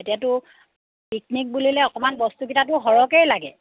এতিয়াতো পিকনিক বুলিলে অকণমান বস্তুকেইটাতো সৰহকৈয়ে লাগে